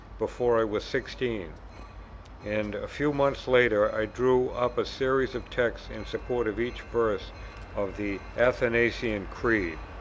before i was sixteen and a few months later i drew up a series of texts in support of each verse of the athanasian creed.